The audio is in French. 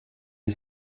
est